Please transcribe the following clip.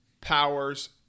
Powers